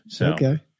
Okay